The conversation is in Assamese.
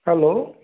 হেল্ল'